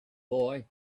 boy